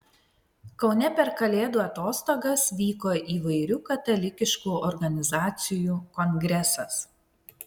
kaune per kalėdų atostogas vyko įvairių katalikiškų organizacijų kongresas